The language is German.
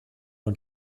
und